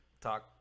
talk